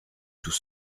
tout